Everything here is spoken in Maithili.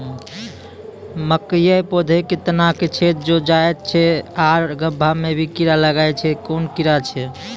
मकयक पौधा के तना मे छेद भो जायत छै आर गभ्भा मे भी कीड़ा लागतै छै कून कीड़ा छियै?